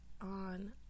On